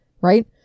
right